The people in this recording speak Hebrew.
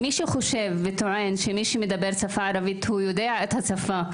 מי שטוען שמי שמדבר את השפה הערבית יודע את השפה,